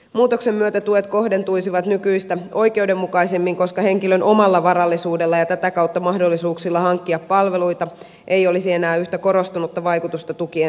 muutoksen myötä tuet kohdentuisivat nykyistä oikeudenmukaisemmin koska henkilön omalla varallisuudella ja tätä kautta mahdollisuuksilla hankkia palveluita ei olisi enää yhtä korostunutta vaikutusta tukien saamiseen